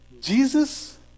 Jesus